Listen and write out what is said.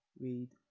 read